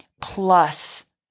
plus